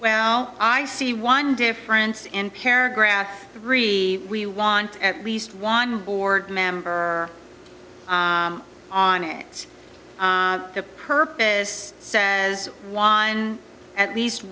well i see one difference in paragraph three we want at least one board member on it the purpose as one at least